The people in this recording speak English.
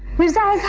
mirza.